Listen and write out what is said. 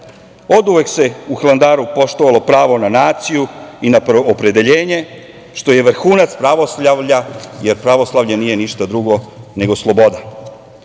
zemlje. Oduvek se u Hilandaru poštovalo pravo na naciju i na opredeljenje, što je vrhunac pravoslavlja, jer pravoslavlje nije ništa drugo nego sloboda.